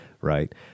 right